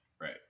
right